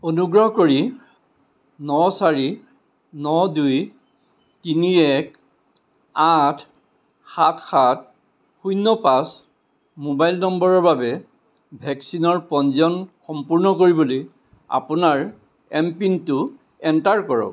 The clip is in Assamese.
অনুগ্ৰহ কৰি ন চাৰি ন দুই তিনি এক আঠ সাত সাত শূণ্য় পাঁচ মোবাইল নম্বৰৰ বাবে ভেকচিনৰ পঞ্জীয়ন সম্পূৰ্ণ কৰিবলৈ আপোনাৰ এমপিনটো এণ্টাৰ কৰক